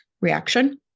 reaction